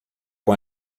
com